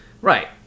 Right